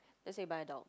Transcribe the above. just say buy a dog